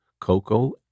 Cocoa